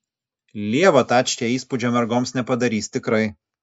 lieva tačkė įspūdžio mergoms nepadarys tikrai